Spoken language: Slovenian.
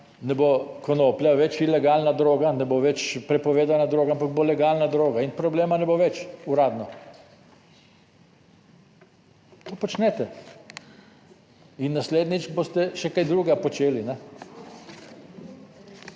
ne bo konoplja več ilegalna droga, ne bo več prepovedana droga, ampak bo legalna droga in problema ne bo več uradno. To počnete in naslednjič boste še kaj drugega počeli.